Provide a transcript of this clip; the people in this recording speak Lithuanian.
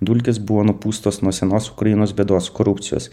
dulkės buvo nupūstos nuo senos ukrainos bėdos korupcijos